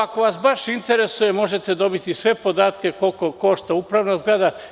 Ako vas baš interesuje, možete dobiti sve podatke koliko košta upravna zgrada.